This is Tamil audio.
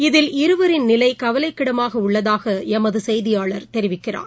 இதில் இருவரின் உடல்நிலைகவலைக்கிடமாகஉள்ளதாகஎமதுசெய்தியாளர் தெரிவிக்கிறார்